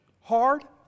hard